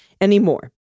anymore